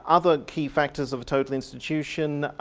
other key factors of a total institution,